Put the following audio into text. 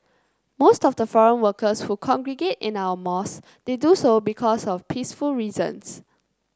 most of the foreign workers who congregate in our mouse they do so because of peaceful reasons